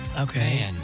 Okay